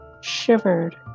shivered